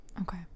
Okay